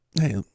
Hey